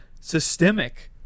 systemic